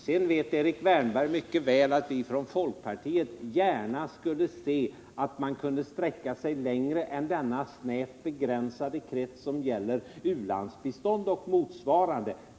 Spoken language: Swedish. Vidare vet Erik Wärnberg mycket väl att vi i folkpartiet gärna skulle se att man kunde sträcka sig längre än till den snävt avgränsade krets av ändamål som avser u-landsbistånd och motsvarande.